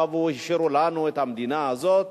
באו והשאירו לנו את המדינה הזאת,